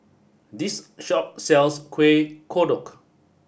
this shop sells Kuih Kodok